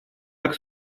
как